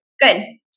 Good